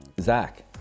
Zach